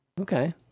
Okay